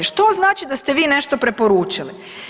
Što znači da ste vi nešto preporučili?